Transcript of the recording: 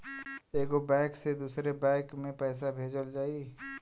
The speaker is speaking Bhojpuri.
एगो बैक से दूसरा बैक मे पैसा कइसे भेजल जाई?